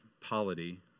polity